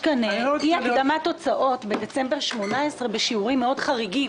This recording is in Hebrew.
כאן אי הקדמת הוצאות ב-2018 בשיעורים חריגים מאוד.